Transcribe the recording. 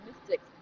Mystics